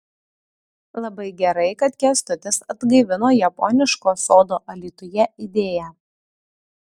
labai gerai kad kęstutis atgaivino japoniško sodo alytuje idėją